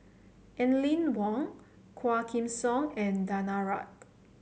Aline Wong Quah Kim Song and Danaraj